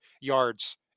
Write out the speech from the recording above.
yards